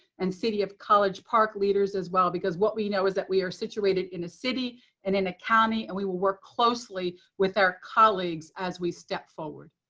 and city of college park leaders as well, because what we know is that we are situated in a city and in a county, and we will work closely with our colleagues as we step forward.